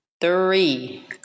three